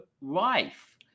life